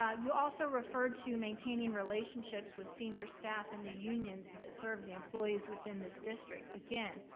ah you also referred to maintaining relationships with senior staff in the unions that serve the employees within this district. again,